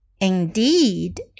Indeed